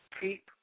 Keep